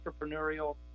entrepreneurial